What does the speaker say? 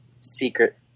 Secret